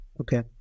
Okay